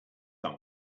part